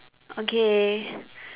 okay